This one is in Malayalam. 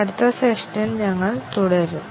ഇപ്പോൾ ഞങ്ങൾ ഇത് അവസാനിപ്പിക്കും